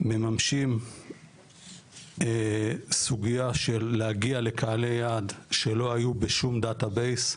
מממשים סוגייה של להגיע לקהלי יעד שלא היו בשום דטה בייס,